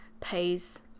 pays